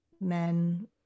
men